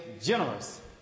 generous